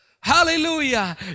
Hallelujah